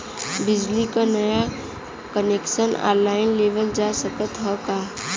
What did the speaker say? बिजली क नया कनेक्शन ऑनलाइन लेवल जा सकत ह का?